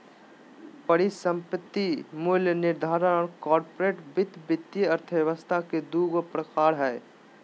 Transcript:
परिसंपत्ति मूल्य निर्धारण और कॉर्पोरेट वित्त वित्तीय अर्थशास्त्र के दू गो प्रकार हइ